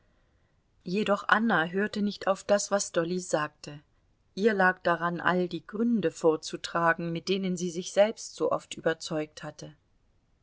jedoch anna hörte nicht auf das was dolly sagte ihr lag daran all die gründe vorzutragen mit denen sie sich selbst so oft überzeugt hatte